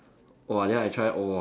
!wah! then I try !wah!